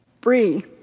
Brie